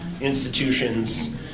institutions